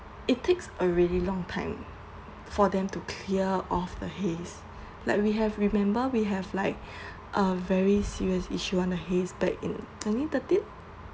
it takes a really long time for them to clear off the haze like we have remember we have like a very serious issue on the haze back in twenty thirteen